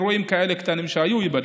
אירועים קטנים כאלה שהיו, ייבדקו.